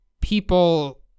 people